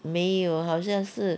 没有好像是